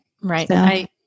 right